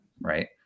right